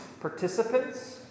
participants